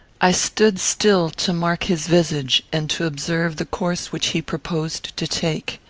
i stood still to mark his visage, and to observe the course which he proposed to take.